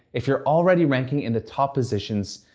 if you're already ranking in the top positions,